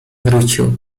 wrócił